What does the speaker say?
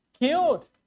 killed